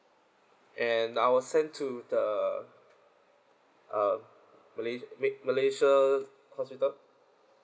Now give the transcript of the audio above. and I was sent to the uh malay~ malaysia hospital